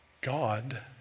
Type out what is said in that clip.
God